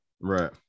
Right